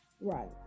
Right